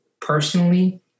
personally